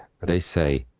they say